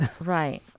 Right